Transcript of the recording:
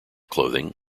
clothing